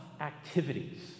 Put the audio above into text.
activities